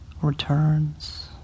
returns